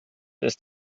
ist